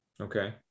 okay